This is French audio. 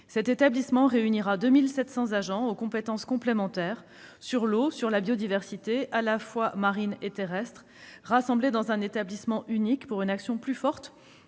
Cet établissement réunira 2 700 agents aux compétences complémentaires sur l'eau et la biodiversité, marine et terrestre, rassemblés dans un établissement unique pour une action plus forte,